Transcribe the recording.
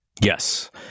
Yes